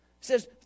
Says